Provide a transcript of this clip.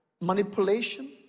manipulation